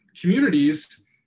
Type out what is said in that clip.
communities